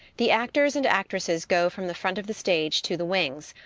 the actors and actresses go from the front of the stdge to the wings,